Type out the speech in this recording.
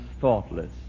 thoughtless